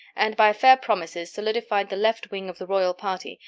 and by fair promises solidified the left wing of the royal party,